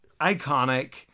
iconic